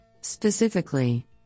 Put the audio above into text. Specifically